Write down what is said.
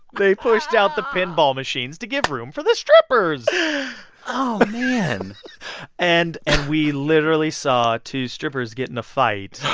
they pushed out the pinball machines to give room for the strippers oh, man and and we literally saw two strippers get in a fight.